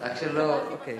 התכוונתי